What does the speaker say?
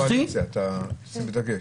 --- בקואליציה, שים דגש.